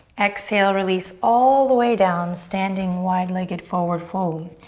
exhale, release all the way down. standing wide-legged forward fold.